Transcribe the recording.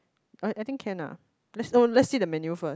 I I think can ah let's oh let's see the menu first